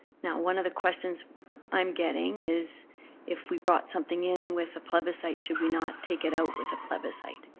now, one of the questions i'm getting is if we brought something in with a plebiscite, should we not take it out with a plebiscite?